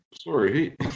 Sorry